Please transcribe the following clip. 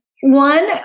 One